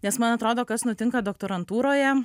nes man atrodo kas nutinka doktorantūroje